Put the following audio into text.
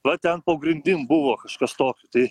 va ten po grindim buvo kažkas tokio tai